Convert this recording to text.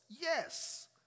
yes